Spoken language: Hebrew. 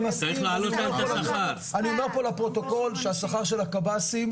אני אומר פה לפרוטוקול שהשכר של הקבסי"ם